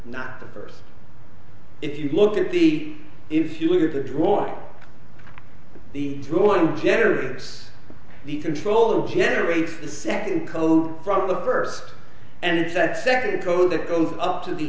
not the first if you look at the if you look at the drawer the drawing generates the troll generates the second code from the first and that second code that goes up to the